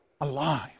alive